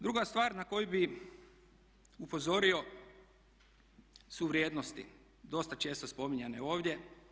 Druga stvar na koju bih upozorio su vrijednosti, dosta često spominjane ovdje.